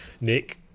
nick